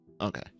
okay